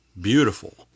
beautiful